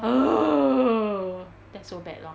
ugh that's so bad lor